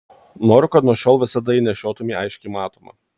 noriu kad nuo šiol visada jį nešiotumei aiškiai matomą